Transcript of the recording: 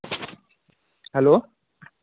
hello